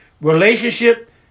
relationship